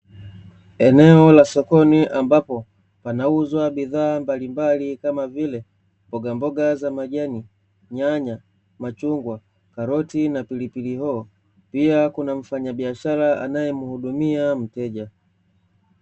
Eneo la sokoni ambapo panauzwa bidhaa mbalimbali kama vile mbogamboga za majani, nyanya, machungwa, karoti na pilipilihoho. Pia kuna mfanyabiashara anayemuhudumia mteja.